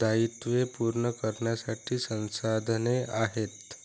दायित्वे पूर्ण करण्यासाठी संसाधने आहेत